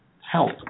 help